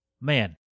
Man